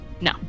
No